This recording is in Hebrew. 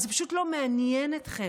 זה פשוט לא מעניין אתכם.